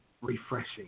refreshing